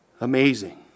Amazing